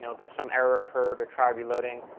know, that some error occurred or try reloading.